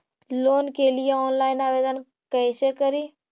Loan के लिये online आवेदन कैसे करि?